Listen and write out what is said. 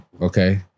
okay